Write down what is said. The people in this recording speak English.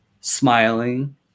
smiling